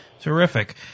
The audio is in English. Terrific